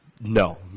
No